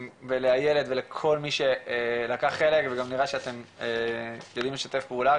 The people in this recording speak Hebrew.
ולאיילת ולכל מי לקח חלק וגם נראה שאתם יכולים לשתף פעולה,